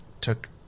took